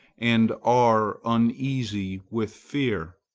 and are uneasy with fear.